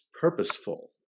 purposeful